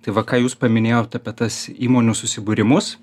tai va ką jūs paminėjot apie tas įmonių susibūrimus